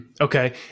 Okay